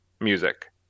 Music